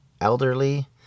elderly